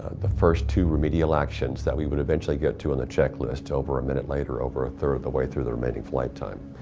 the first two remedial actions that we would eventually get to on the checklist over a minute later, over a third of the way through the remaining flight time,